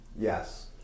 Yes